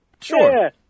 Sure